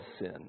sin